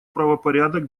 правопорядок